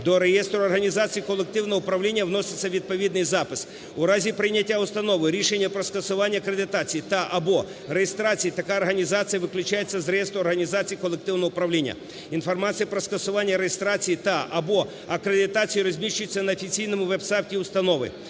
до реєстру організацій колективного управління вноситься відповідний запис. У разі прийняття установою рішення про скасування акредитації та (або) реєстрації така організація виключається з реєстру організацій колективного управління. Інформація про скасування реєстрації та (або) акредитації розміщується на офіційному веб-сайті установи.